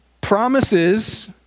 Promises